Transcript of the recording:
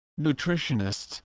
nutritionists